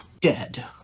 dead